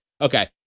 okay